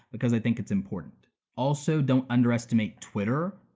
because i think it's important. also, don't underestimate twitter,